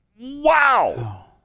Wow